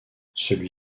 celui